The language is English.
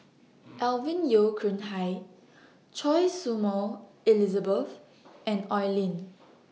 Alvin Yeo Khirn Hai Choy Su Moi Elizabeth and Oi Lin